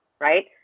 right